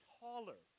taller